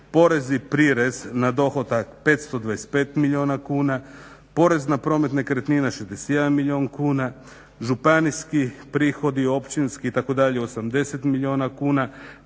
porez i prirez na dohodak 525 milijuna kuna, porez na promet nekretnina 61 milijun kuna, županijski prihodi, općinski itd. 80 milijuna kuna,